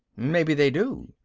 maybe they do.